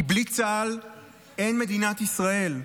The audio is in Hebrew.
כי בלי צה"ל אין מדינת ישראל.